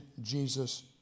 Jesus